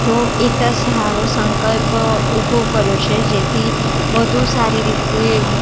તો એક આ સારો સંકલ્પ ઉભો કર્યો છે જેથી વધુ સારી રીતે